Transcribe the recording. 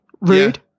rude